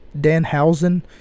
Danhausen